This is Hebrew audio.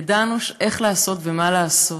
ידענו איך לעשות ומה לעשות,